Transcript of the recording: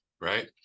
right